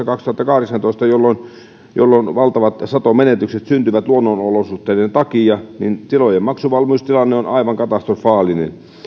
kaksituhattakahdeksantoista valtavat satomenetykset syntyivät luonnonolosuhteiden takia tilojen maksuvalmiustilanne on aivan katastrofaalinen